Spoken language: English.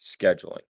scheduling